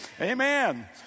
Amen